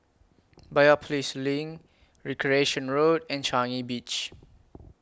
Biopolis LINK Recreation Road and Changi Beach